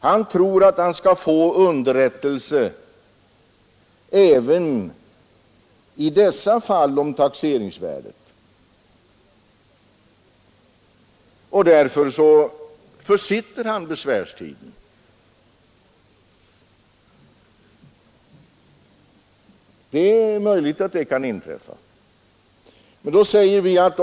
Han tror kanske att han skall få underrättelse även om han inte gjort någon erinran mot den preliminära fastighetstaxeringen. Han försitter därför sin besvärsrätt.